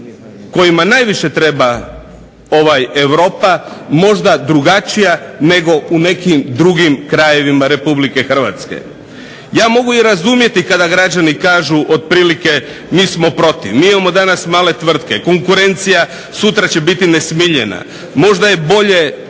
kojima najviše treba Europa možda drugačija nego u nekim drugim krajevima RH. Ja mogu i razumjeti kada građani kažu otprilike mi smo protiv, mi imamo danas male tvrtke, konkurencija sutra će biti nesmiljena. Možda je bolje